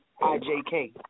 IJK